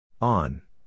On